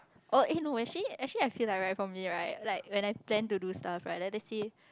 oh eh no actually actually I feel like right for me right like when I tend to do stuff right like let's say